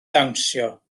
dawnsio